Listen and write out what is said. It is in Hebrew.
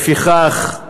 לפיכך,